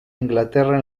inglaterra